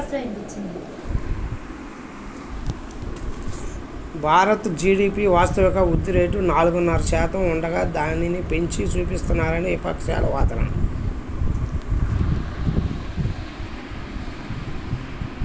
Bharat GDP వాస్తవిక వృద్ధి rate నాలుగున్నర శాతం ఉండగా దానిని పెంచి చూపిస్తున్నారని విపక్షాల వాదన